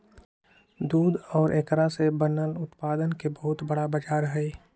दूध और एकरा से बनल उत्पादन के बहुत बड़ा बाजार हई